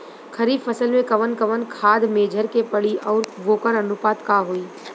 खरीफ फसल में कवन कवन खाद्य मेझर के पड़ी अउर वोकर अनुपात का होई?